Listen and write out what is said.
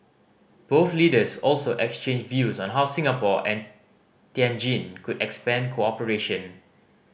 both leaders also exchanged views on how Singapore and Tianjin could expand cooperation